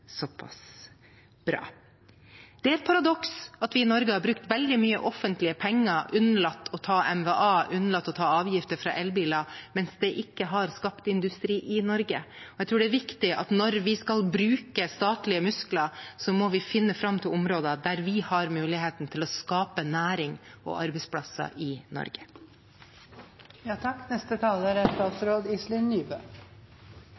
bra. Det er et paradoks at vi i Norge har brukt veldig mye offentlige penger, unnlatt å ta merverdiavgift, unnlatt å ta avgifter fra elbiler, mens det ikke har skapt industri i Norge. Jeg tror det er viktig at vi, når vi skal bruke statlige muskler, finner fram til områder der vi har muligheten til å skape næring og arbeidsplasser i Norge. Jeg synes at Finansavisen har et poeng, for det er